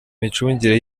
micungire